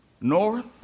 north